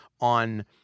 on